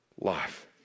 life